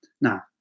Now